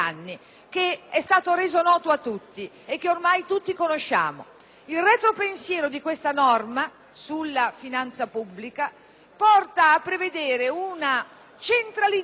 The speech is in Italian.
Il retropensiero di questa norma sulla finanza pubblica porta a prevedere una centralizzazione della trattativa di tutta questa partita,